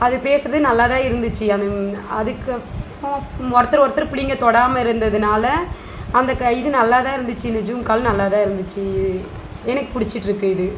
அது பேசுகிறது நல்லா தான் இருந்துச்சு அது அதுக்கு ஒர்த்தரு ஒர்த்தரு பிடிங்க தொடாமல் இருந்ததுனால் அந்த இது நல்லா தான் இருந்துச்சு இந்த ஜூம் கால் நல்லா தான் இருந்துச்சு எனக்கு பிடிச்சிட்ருக்கு இது